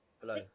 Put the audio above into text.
hello